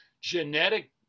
genetic